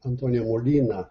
antonija molina